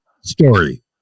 story